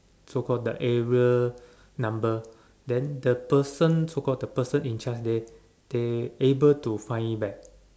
so call the area number then the person so call the person in charge they they able to find it back